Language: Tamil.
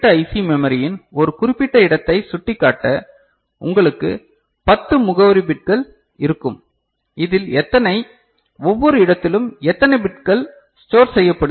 சி மெமரியின் ஒரு குறிப்பிட்ட இடத்தை சுட்டிக்காட்ட உங்களுக்கு 10 முகவரி பிட்கள் இருக்கும் அதில் எத்தனை ஒவ்வொரு இடத்திலும் எத்தனை பிட்கள் ஸ்டோர் செய்யபடுகிறது